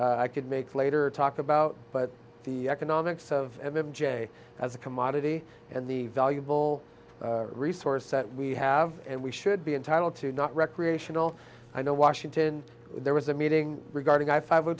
i could make later talk about but the economics of m j as a commodity and the valuable resource that we have and we should be entitled to not recreational i know washington there was a meeting regarding i